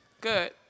good